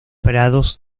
prados